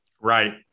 Right